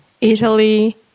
Italy